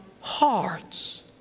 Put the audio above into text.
hearts